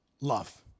love